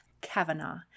Kavanaugh